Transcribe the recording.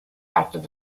active